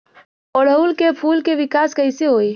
ओड़ुउल के फूल के विकास कैसे होई?